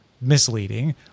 misleading